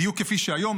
בדיוק כפי שהיום,